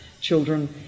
children